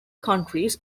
countries